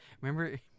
Remember